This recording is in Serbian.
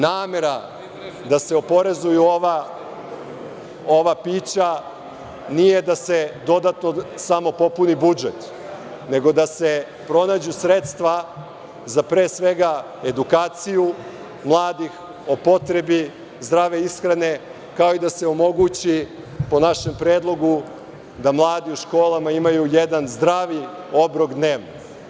Namera da se oporezuju ova pića nije da se samo dodatno popuni budžet, nego da se pronađu sredstva za edukaciju, pre svega, mladih, o potrebi zdrave ishrane, kao i da se omogući, po našem predlogu, da mladi u školama imaju jedan zdravi obrok dnevno.